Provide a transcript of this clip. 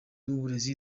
w’uburezi